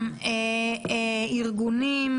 גם ארגונים,